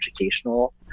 educational